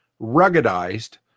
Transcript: ruggedized